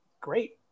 great